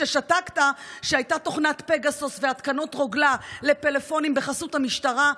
כששתקת כשהיו תוכנת פגסוס והתקנות רוגלה בפלאפונים בחסות המשטרה,